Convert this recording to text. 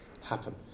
happen